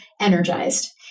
energized